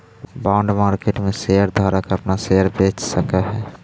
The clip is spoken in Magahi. बॉन्ड मार्केट में शेयर धारक अपना शेयर बेच सकऽ हई